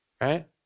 right